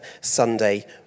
Sunday